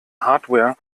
hardware